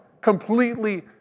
completely